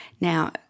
now